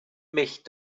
mich